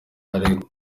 aregwa